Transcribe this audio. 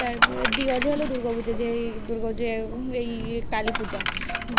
তারপরে দিওয়ালি হলো দুর্গা পুজো যেই দুর্গা পুজো যে এই কালী পূজা